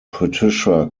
patricia